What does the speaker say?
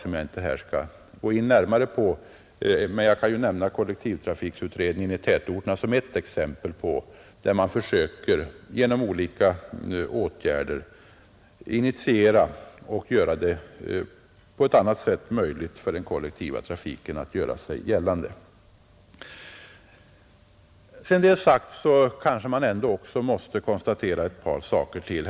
Jag skall inte gå närmare in på detta, men jag kan nämna kollektivtrafikutredningen för tätorterna som exempel på ett initiativ, genom vilket man genom olika åtgärder försöker hjälpa den kollektiva trafiken att göra sig gällande. Sedan jag sagt detta måste jag kanske konstatera ett par saker till.